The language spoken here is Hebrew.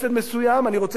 אני רוצה שהיא תהיה הוגנת,